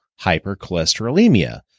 hypercholesterolemia